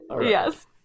Yes